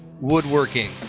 Woodworking